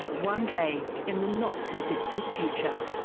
one day in the not-too-distant future